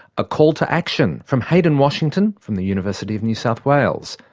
a call to action from haydn washington from the university of new south wales,